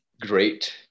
Great